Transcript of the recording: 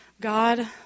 God